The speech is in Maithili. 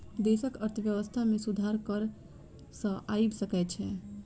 देशक अर्थव्यवस्था में सुधार कर सॅ आइब सकै छै